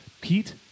Pete